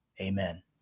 Amen